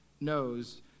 knows